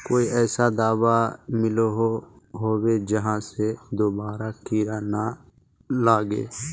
कोई ऐसा दाबा मिलोहो होबे जहा से दोबारा कीड़ा ना लागे?